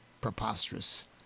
preposterous